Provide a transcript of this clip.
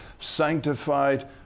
sanctified